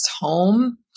home